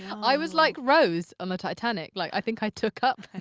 i was like rose on the titanic. like, i think i took up